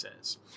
says